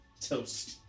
toast